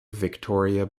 victoria